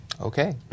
Okay